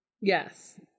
Yes